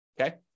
okay